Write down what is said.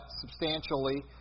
substantially